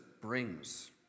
brings